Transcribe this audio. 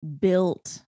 built